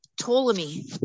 Ptolemy